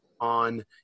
on